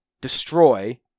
destroy